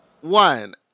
One